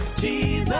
jesus,